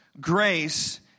Grace